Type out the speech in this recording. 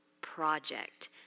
project